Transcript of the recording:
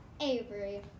Avery